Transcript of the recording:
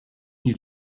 you